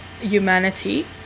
humanity